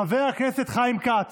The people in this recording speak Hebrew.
חבר הכנסת חיים כץ,